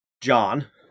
John